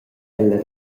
ella